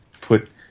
put